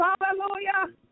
Hallelujah